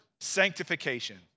sanctification